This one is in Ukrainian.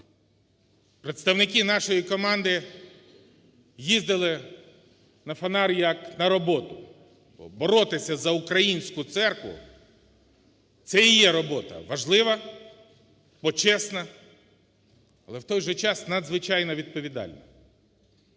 Представники нашої команди їздили на Фанар як на роботу. Боротися за українську церкву – це і є робота – важлива, почесна, але в той же час надзвичайно відповідальна.